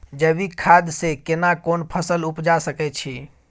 जैविक खाद से केना कोन फसल उपजा सकै छि?